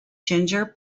ginger